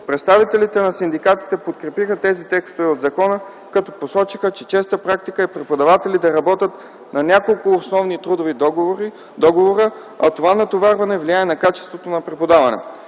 Представителите на синдикатите подкрепиха тези текстове от закона, като посочиха, че честа практика е преподаватели да работят на няколко основни трудови договора, а това натоварване влияе на качеството на преподаване.